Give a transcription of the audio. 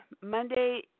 Monday